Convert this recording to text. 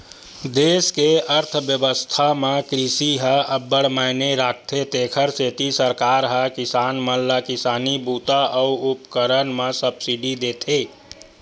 देस के अर्थबेवस्था म कृषि ह अब्बड़ मायने राखथे तेखर सेती सरकार ह किसान मन ल किसानी बूता अउ उपकरन म सब्सिडी देथे